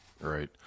right